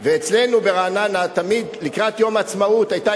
ואצלנו ברעננה תמיד לקראת יום העצמאות היתה